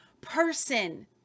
person